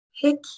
Pick